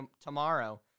tomorrow